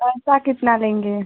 पैसा कितना लेंगे